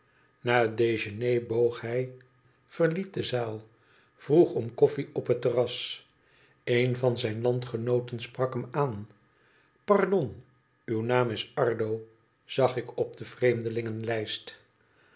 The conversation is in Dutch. na het dejeuner boog hij verliet de zaal vroeg om korfie op het terras een van zijn landgenooten sprak hem aan pardon uw naam is ardo zag ik op de